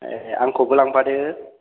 ए आंखौबो लांफादो